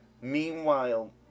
Meanwhile